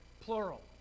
plural